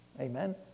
amen